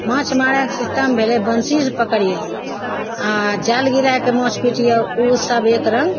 माछ मारैके सिस्टम भेलै बन्शीसे पकड़िए आओर जाल गिरैके माछ पिटिऔ ओसब एकरङ्ग